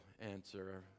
answer